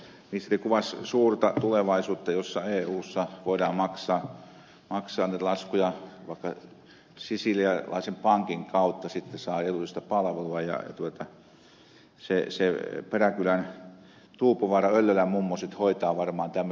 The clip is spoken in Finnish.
ministeri kuvasi suurta tulevaisuutta jossa eussa voidaan maksaa laskuja vaikka sisilialaisen pankin kautta sitten saa edullista palvelua ja se peräkylän tuupovaaran öllölän mummo sitten hoitaa varmaan tämmöisiä juttuja